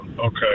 Okay